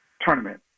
tournament